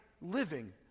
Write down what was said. living